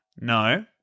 No